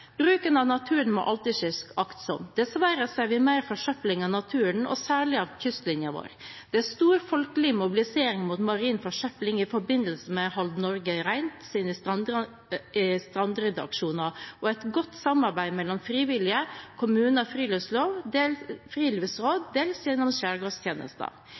Bruken av naturen må alltid skje aktsomt. Dessverre ser vi mer forsøpling av naturen og særlig av kystlinjen vår. Det er stor folkelig mobilisering mot marin forsøpling i forbindelse med Hold Norge Rent sine strandryddeaksjoner og et godt samarbeid mellom frivillige, kommuner og friluftsråd, dels gjennom